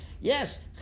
Yes